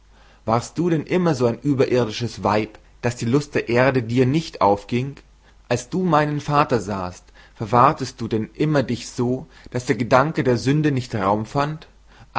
warst du denn immer solch ein überirdisches weib daß die lust der erde dir nicht aufging als du meinen vater sahst verwahrtest du denn immer dich so daß der gedanke der sünde nicht raum fand